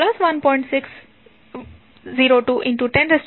60210 19 હશે